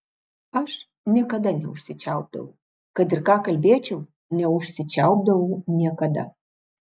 aš niekada neužsičiaupdavau kad ir ką kalbėčiau neužsičiaupdavau niekada